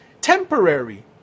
temporary